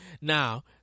now